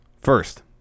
First